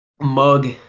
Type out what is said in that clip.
Mug